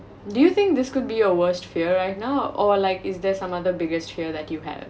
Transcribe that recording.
do you think this could be a worst fear right now or like is there some other biggest fear that you have